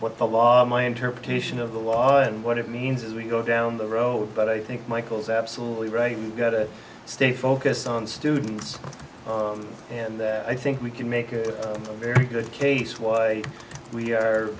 what the law my interpretation of the law and what it means as we go down the road but i think michael's absolutely right got to stay focused on students and i think we can make a very good case why we